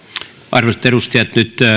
arvoisat edustajat nyt